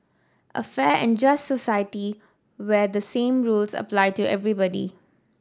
a fair and just society where the same rules apply to everybody